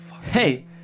Hey